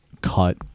cut